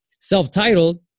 self-titled